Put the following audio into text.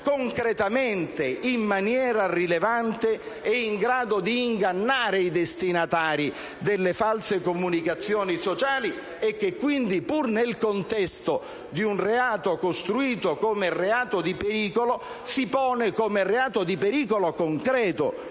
concretamente in grado, in maniera rilevante, di ingannare i destinatari delle false comunicazioni sociali e che quindi, pur nel contesto di un reato costruito come reato di pericolo, si pone come reato di pericolo concreto.